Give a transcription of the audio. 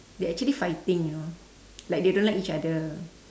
they actually fighting you know like they don't like each other